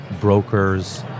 brokers